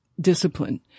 discipline